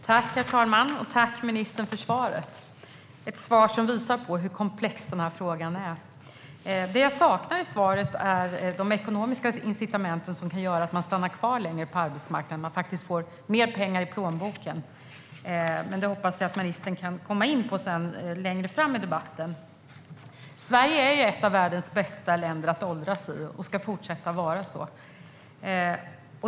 Herr talman! Jag tackar ministern för svaret - ett svar som visar hur komplex denna fråga är. Det jag saknar i svaret är de ekonomiska incitament som kan göra att man stannar kvar längre på arbetsmarknaden och faktiskt får mer pengar i plånboken. Det hoppas jag att ministern kan komma in på längre fram i debatten. Sverige är ett av världens bästa länder att åldras i och ska fortsätta att vara så.